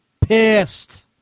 pissed